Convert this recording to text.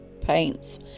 paints